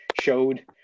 showed